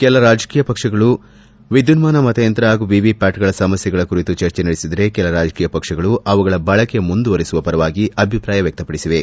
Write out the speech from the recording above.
ಕೆಲ ರಾಜಕೀಯ ಪಕ್ಷಗಳು ವಿದ್ಯುನ್ಮಾನ ಮತಯಂತ್ರ ಹಾಗೂ ವಿವಿಪ್ಯಾಟ್ಗಳ ಸಮಸ್ಥೆಗಳ ಕುರಿತು ಚರ್ಚೆ ನಡೆಸಿದರೆ ಕೆಲ ರಾಜಕೀಯ ಪಕ್ಷಗಳು ಅವುಗಳ ಬಳಕೆ ಮುಂದುವರೆಸುವ ಪರವಾಗಿ ಅಭಿಪ್ರಾಯ ವ್ಯಕ್ತಪಡಿಸಿವೆ